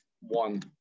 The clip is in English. one